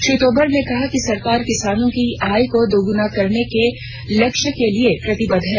श्री तोमर ने कहा कि सरकार किसानों की आय को दोगुना करने के लक्ष्य के लिए प्रतिबद्ध है